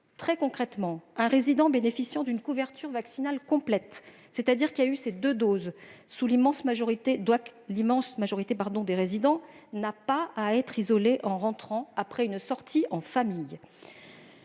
Très concrètement, un résident bénéficiant d'une couverture vaccinale complète, c'est-à-dire qui a eu ses deux doses, soit l'immense majorité des résidents, ne doit pas être isolé lorsqu'il rentre d'une sortie en famille.